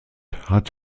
hat